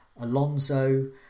Alonso